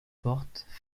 portes